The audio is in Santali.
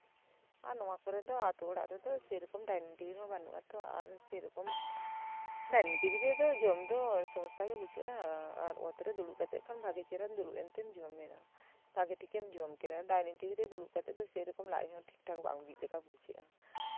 ᱟᱨ ᱱᱚᱣᱟ ᱠᱚᱨᱮᱜ ᱫᱚ ᱟᱛᱳ ᱚᱲᱟᱜ ᱨᱮᱫᱚ ᱥᱮᱭ ᱨᱚᱠᱚᱢ ᱰᱟᱭᱱᱤᱝ ᱴᱮᱵᱤᱞ ᱦᱚᱸ ᱵᱟᱹᱱᱩᱜ ᱟᱛᱚ ᱟᱨ ᱥᱮᱭ ᱨᱚᱠᱚᱢ ᱰᱟᱭᱱᱤᱝ ᱴᱮᱵᱤᱞ ᱨᱮᱫᱚ ᱡᱚᱢ ᱫᱚ ᱥᱚᱢᱚᱥᱥᱟᱜᱮ ᱵᱩᱡᱷᱟᱹᱜᱼᱟ ᱟᱨ ᱚᱛᱨᱮ ᱫᱩᱲᱩᱵ ᱠᱟᱛᱮᱜ ᱠᱷᱟᱱ ᱵᱷᱟᱜᱮ ᱪᱮᱦᱨᱟ ᱫᱩᱲᱩᱵ ᱮᱱᱛᱮᱢ ᱡᱚᱢ ᱮᱫᱟ ᱵᱷᱟᱜᱮ ᱴᱷᱤᱠᱮᱢ ᱡᱚᱢ ᱠᱮᱫᱟ ᱰᱟᱭᱱᱤᱝ ᱴᱮᱵᱤᱞ ᱨᱮ ᱫᱩᱲᱩᱵ ᱠᱟᱛᱮᱜ ᱫᱚ ᱥᱮᱭ ᱨᱚᱠᱚᱢ ᱞᱟᱡᱽ ᱦᱚᱸ ᱴᱷᱤᱠ ᱴᱷᱟᱠ ᱵᱟᱝ ᱵᱤᱜ ᱞᱮᱠᱟ ᱵᱩᱡᱷᱟᱹᱜᱼᱟ